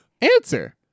Answer